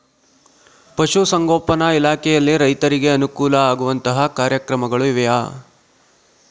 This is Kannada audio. ಪಶುಸಂಗೋಪನಾ ಇಲಾಖೆಯಲ್ಲಿ ರೈತರಿಗೆ ಅನುಕೂಲ ಆಗುವಂತಹ ಕಾರ್ಯಕ್ರಮಗಳು ಇವೆಯಾ?